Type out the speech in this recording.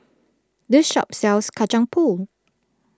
this shop sells Kacang Pool